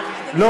אדוני השר,